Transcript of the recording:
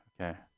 Okay